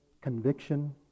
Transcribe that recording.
conviction